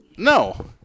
No